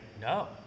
No